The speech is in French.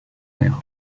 mère